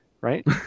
right